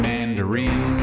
Mandarin